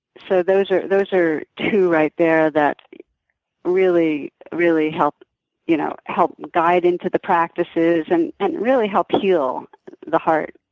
so those are those are two right there that really, really help you know help guide into the practices and and really help heal the heart.